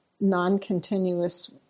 non-continuous